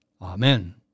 Amen